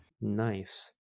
Nice